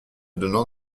donnant